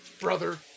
brother